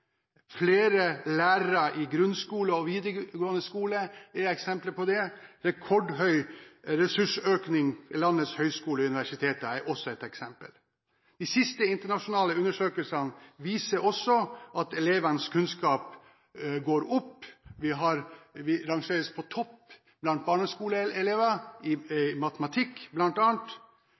Flere lærere i grunnskole og videregående skole er eksempler på det. Rekordhøy ressursøkning i landets høyskoler og universiteter er også et eksempel. De siste internasjonale undersøkelsene viser også at elevenes kunnskap går opp, og vi rangeres på topp blant barneskoleelever i bl.a. matematikk.